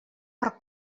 per